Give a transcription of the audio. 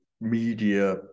media